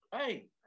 Hey